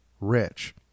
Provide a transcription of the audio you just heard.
Rich